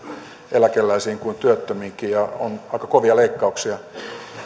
eläkeläisiin kuin työttömiinkin ja on aika kovia leikkauksia